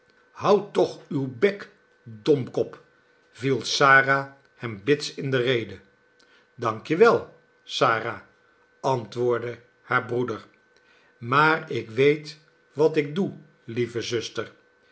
houd toch uw bek domkop viel sara hem bits in de rede dank je wel sara antwoordde haar breeder maar ik weet wat ik doe lieve zuster